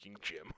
gym